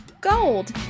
Gold